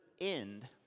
end